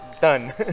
done